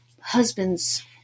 husband's